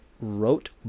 wrote